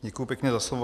Děkuju pěkně za slovo.